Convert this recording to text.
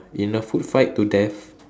in a food fight to death